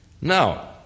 Now